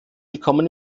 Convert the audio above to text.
willkommen